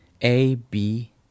A-B